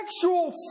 sexual